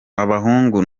abahungu